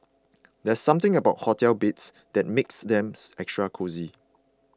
there's something about hotel beds that makes them extra cosy